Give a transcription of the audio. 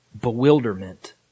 bewilderment